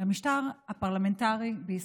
למשטר הפרלמנטרי בישראל,